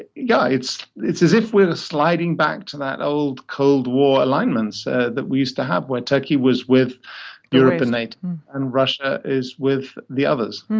yeah, it's it's as if we're sliding back to that old cold war alignments that we used to have, where turkey was with europe and nato and russia is with the others.